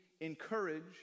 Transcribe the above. encourage